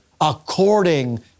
according